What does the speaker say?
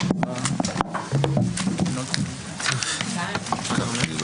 תודה רבה לצוות שלי, שטרח לעניין הזה,